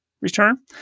return